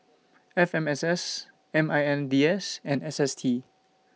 F M S S M I N D S and S S T